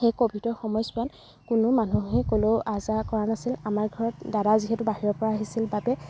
সেই ক'ভিডৰ সময়ছোৱাত কোনো মানুহেই ক'লৈ আহ যাহ কৰা নাছিল আমাৰ ঘৰত দাদা যিহেতু বাহিৰৰ পৰা আহিছিল বাবে